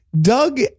Doug